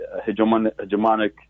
hegemonic